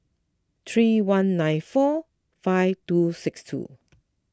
three one nine four five two six two